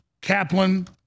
Kaplan